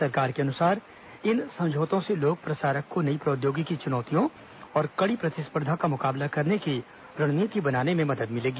सरकार के अनुसार इन समझौतों से लोक प्रसारक को नई प्रौद्योगिकी चुनौतियों और कड़ी प्रतिस्पर्धा का मुकाबला करने की रणनीति बनाने में मदद मिलेगी